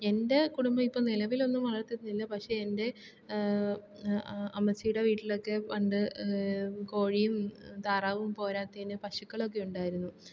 എൻ്റെ കുടുംബം ഇപ്പം നിലവിലൊന്നും വളർത്തുന്നില്ല പക്ഷേ എൻ്റെ അമ്മച്ചിയുടെ വീട്ടിലൊക്കെ പണ്ട് കോഴിയും താറാവും പോരാത്തേന് പശുക്കളൊക്കെ ഉണ്ടായിരുന്നു